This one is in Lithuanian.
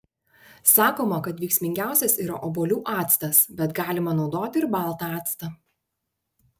sakoma kad veiksmingiausias yra obuolių actas bet galima naudoti ir baltą actą